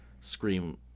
Scream